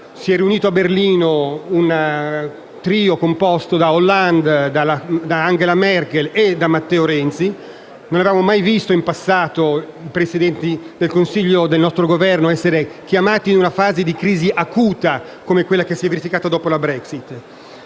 si è riunito a Berlino un trio composto da François Hollande, da Angela Merkel e da Matteo Renzi. Non avevamo mai visto, in passato, Presidenti del Consiglio italiani chiamati in una fase di crisi acuta, come quella che si è verificata dopo la Brexit.